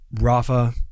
Rafa